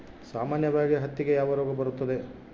ಸಾಮಾನ್ಯವಾಗಿ ಹತ್ತಿಗೆ ಯಾವ ರೋಗ ಬರುತ್ತದೆ?